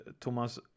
Thomas